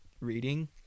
reading